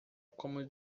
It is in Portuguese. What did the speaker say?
como